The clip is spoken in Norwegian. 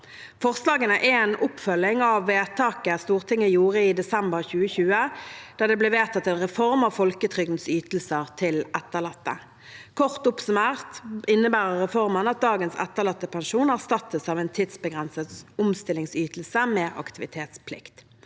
Forslagene er en oppfølging av vedtaket Stortinget gjorde i desember 2020, da det ble vedtatt en reform av folketrygdens ytelser til etterlatte. Kort oppsummert innebærer reformen at dagens etterlattepensjon erstattes av en tidsbegrenset omstillingsytelse med aktivitetsplikt.